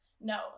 no